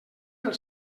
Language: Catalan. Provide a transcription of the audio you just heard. del